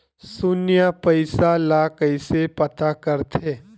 शून्य पईसा ला कइसे पता करथे?